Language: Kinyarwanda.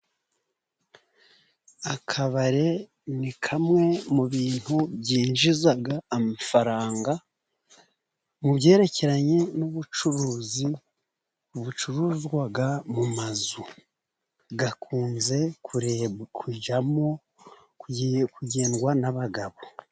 Akabare ni kamwe mu bintu byinjiza amafaranga mu byerekeranye n'ubucuruzi bucuruzwa mu mazu. Gakunze kujyamo , kugendwa n'abagabo.